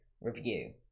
review